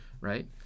Right